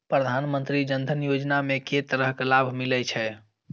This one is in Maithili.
प्रधानमंत्री जनधन योजना मे केँ तरहक लाभ मिलय छै?